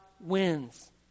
wins